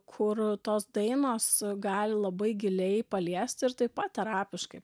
kur tos dainos gali labai giliai paliest ir taip pat terapiškai